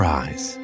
eyes